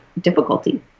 difficulty